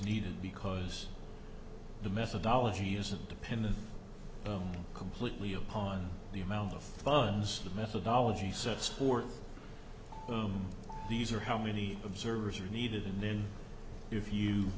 needed because the methodology isn't dependent completely upon the amount of funds the methodology sets forth these are how many observers are needed and then if you